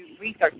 Research